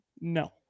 No